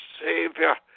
Savior